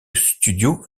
studio